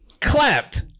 Clapped